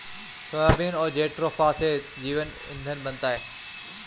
soybean और jatropha से जैविक ईंधन बनता है